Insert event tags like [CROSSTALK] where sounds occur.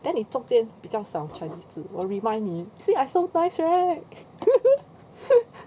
then 你中间不较少 chinese 字我 rewind 你 see I so nice right [LAUGHS]